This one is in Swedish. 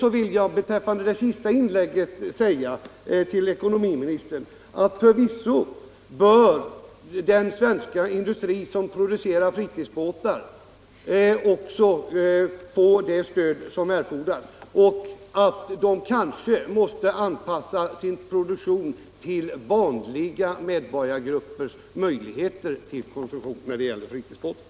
F. ö. vill jag beträffande det senaste inlägget säga till ekonomiministern att den svenska industri som producerar fritidsbåtar förvisso också bör få det stöd som erfordras. Dessa företag kanske också måste anpassa sin produktion till vanliga medborgargruppers möjligheter att köpa fritidsbåtar.